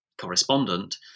correspondent